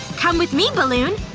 come with me, balloon.